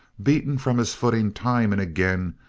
beaten from his footing time and again,